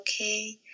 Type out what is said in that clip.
okay